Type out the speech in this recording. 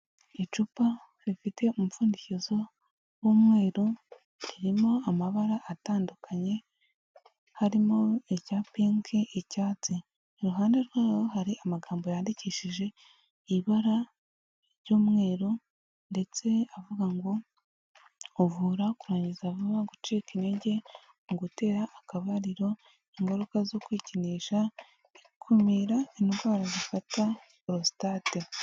Icupa rifite umupfundikizo w'umweru ririmo amabara atandukanye, harimo irya pinki, icyatsi. Iruhande rwawo hari amagambo yandikishije ibara ry'umweru ndetse avuga ngo uvura kurangiza vuba, gucika intege mu gutera akabariro, ingaruka zo kwikinisha, ikumira indwara zifata porositate.